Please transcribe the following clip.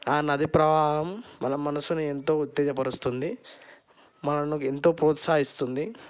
ఆ నది ప్రవాహం మన మనసుని ఎంతో ఉత్తేజపరుస్తుంది మనల్ని ఎంతో ప్రోత్సహిస్తుంది